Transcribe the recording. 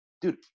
dude